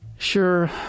Sure